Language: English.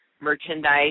merchandise